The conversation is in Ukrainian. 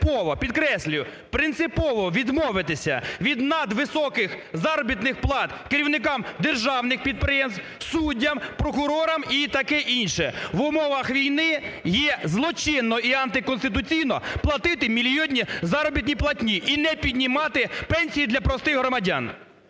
принципово відмовитися від надвисоких заробітних плат керівникам державних підприємств, суддям, прокурорам і таке інше. В умовах війни є злочинно і антиконституційно платити мільйонні заробітні платні і не піднімати пенсії для простих громадян.